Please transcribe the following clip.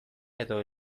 edo